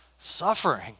suffering